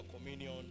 communion